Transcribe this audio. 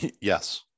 Yes